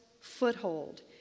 foothold